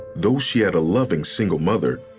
though she had a loving single mother,